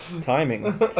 Timing